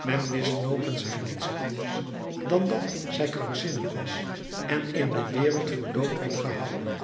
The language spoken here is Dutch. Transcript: men wist nopens haar niets anders dan dat zij krankzinnig was en in de wereld voor dood werd gehouden